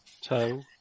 Toe